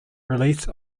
release